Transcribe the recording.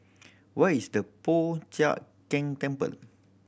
where is the Po Chiak Keng Temple